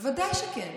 בוודאי שכן.